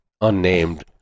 unnamed